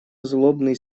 злобный